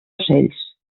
ocells